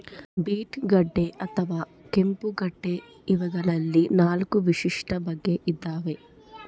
beet ಗಡ್ಡೆ ಅಥವಾ ಕೆಂಪುಗಡ್ಡೆ ಇವಗಳಲ್ಲಿ ನಾಲ್ಕು ವಿಶಿಷ್ಟ ಬಗೆ ಇದಾವ